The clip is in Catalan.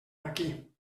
aquí